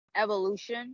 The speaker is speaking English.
Evolution